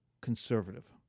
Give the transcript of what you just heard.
conservative